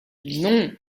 non